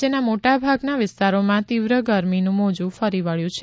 રાજ્યના મોટાભાગની વિસ્તારોમાં તીવ્ર ગરમીનું મોજું ફરી વળ્યું છે